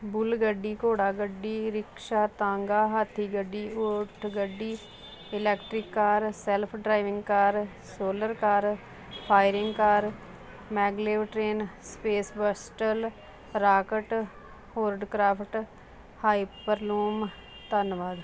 ਬੁੱਲ ਗੱਡੀ ਘੋੜਾ ਗੱਡੀ ਰਿਕਸ਼ਾ ਤਾਂਗਾ ਹਾਥੀ ਗੱਡੀ ਊਠ ਗੱਡੀ electric car self driving car solar car flying car maglev train space shuttle rocket hovercraft hyperloop ਧੰਨਵਾਦ